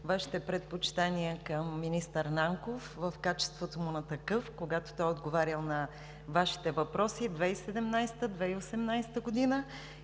Вашите предпочитания към министър Нанков в качеството му на такъв, когато той е отговарял на Вашите въпроси 2017 – 2018 г.